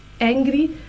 angry